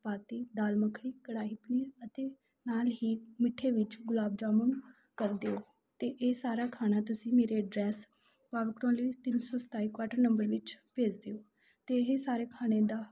ਚਪਾਤੀ ਦਾਲ ਮੱਖਣੀ ਕੜਾਹੀ ਪਨੀਰ ਅਤੇ ਨਾਲ ਹੀ ਮਿੱਠੇ ਵਿੱਚ ਗੁਲਾਬ ਜਾਮੁਣ ਕਰ ਦਿਓ ਅਤੇ ਇਹ ਸਾਰਾ ਖਾਣਾ ਤੁਸੀਂ ਮੇਰੇ ਐਡਰੈੱਸ ਪਾਵਰ ਕਲੋਨੀ ਤਿੰਨ ਸੌ ਸਤਾਈ ਕਵਾਟਰ ਨੰਬਰ ਵਿੱਚ ਭੇਜ ਦਿਉ ਅਤੇ ਇਹ ਸਾਰੇ ਖਾਣੇ ਦਾ